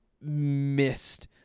missed